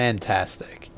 Fantastic